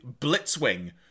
Blitzwing